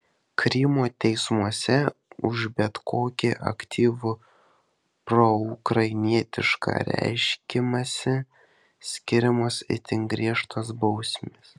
krymo teismuose už bet kokį aktyvų proukrainietišką reiškimąsi skiriamos itin griežtos bausmės